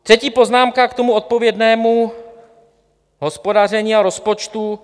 Třetí poznámka k tomu odpovědnému hospodaření a rozpočtu.